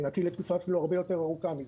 אני "נקי" לתקופה אפילו הרבה יותר ארוכה מזה.